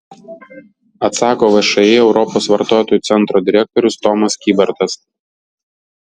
atsako všį europos vartotojų centro direktorius tomas kybartas